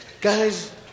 guys